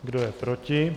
Kdo je proti?